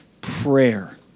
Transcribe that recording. prayer